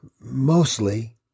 mostly